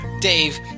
Dave